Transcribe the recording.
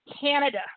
Canada